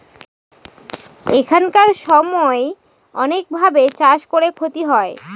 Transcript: এখানকার সময়তো অনেক ভাবে চাষ করে ক্ষতি হয়